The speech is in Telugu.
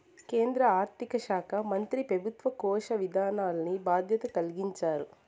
కేంద్ర ఆర్థిక శాకా మంత్రి పెబుత్వ కోశ విధానాల్కి బాధ్యత కలిగించారు